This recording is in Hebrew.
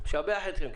אני משבח אתכם,